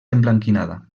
emblanquinada